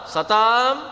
Satam